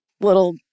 little